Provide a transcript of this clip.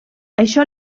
això